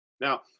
Now